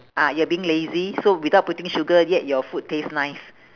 ah you're being lazy so without putting sugar yet your food taste nice